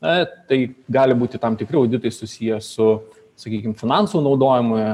na tai gali būti tam tikri auditai susiję su sakykim finansų naudojimo